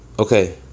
Okay